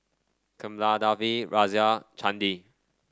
Kamaladevi Razia Chandi